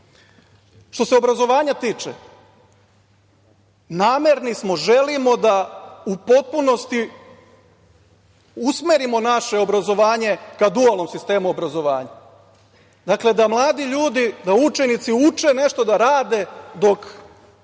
se obrazovanja tiče, namerni smo, želimo da u potpunosti usmerimo naše obrazovanje ka dualnom sistemu obrazovanja. Dakle, da mladi ljudi, da učenici uče nešto da rade dok